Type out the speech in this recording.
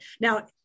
Now